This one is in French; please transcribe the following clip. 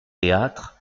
théâtre